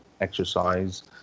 exercise